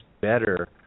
better